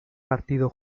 partido